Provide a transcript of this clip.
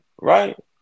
right